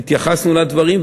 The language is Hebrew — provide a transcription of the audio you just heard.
והתייחסנו לדברים,